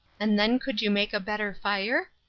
and then could you make a better fire?